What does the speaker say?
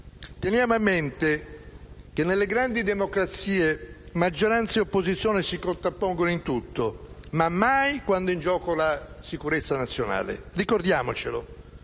Teniamo a mente che nelle grandi democrazie maggioranza e opposizione si contrappongono in tutto, ma mai quando è in gioco la sicurezza nazionale. Ricordiamocelo,